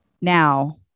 Now